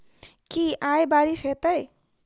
की आय बारिश हेतै?